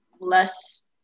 less